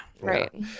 Right